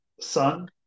son